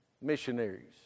missionaries